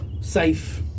safe